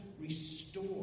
restore